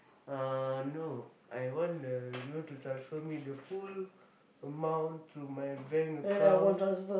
uh no I want you to transfer me the full amount through my bank account